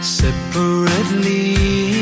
separately